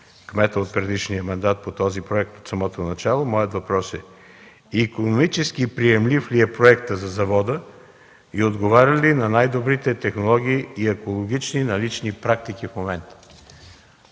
кмета от предишния мандат по този проект от самото начало. Моят въпрос е: икономически приемлив ли е проектът за завода и отговаря ли на най-добрите технологии и екологични налични практики в момента?